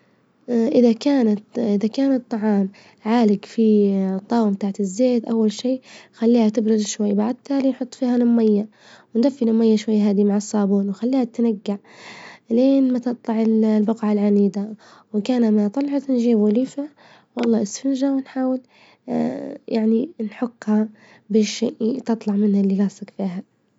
إذا كانت إذا كان الطعام عالق في بتاعت الزيت أول شي خليها تبرد شوي، بعد التالي حط فيها المية وندفي المية شوي هذي مع الصابون، ونخليها تنجع إلييين ما تطلع البجعة العنيدة، وإن كان لما طلعت نجيبوا ليفة والله ونحاول يعني نحكها باش تطلع منها إللي لاصج فيها.